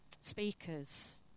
speakers